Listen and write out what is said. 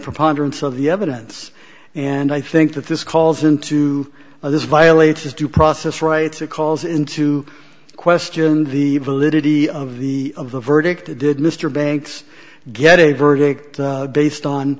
preponderance of the evidence and i think that this calls into this violates his due process rights it calls into question the validity of the of the verdict did mr banks get a verdict based on